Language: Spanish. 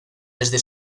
desde